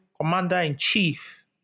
commander-in-chief